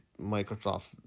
Microsoft